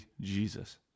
Jesus